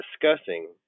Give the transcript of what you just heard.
discussing